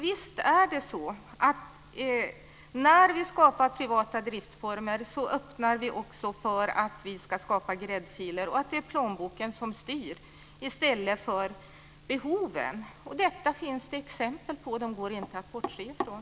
Visst är det så att när vi skapar privata driftsformer så öppnar vi också för gräddfiler och för att plånboken styr i stället för behoven. Det finns exempel på detta, och de går inte att bortse ifrån.